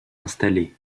installées